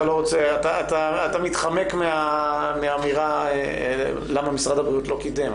אתה מתחמק מהאמירה למה משרד הבריאות לא קידם,